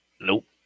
Nope